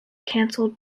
cancelled